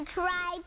try